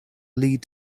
lead